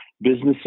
businesses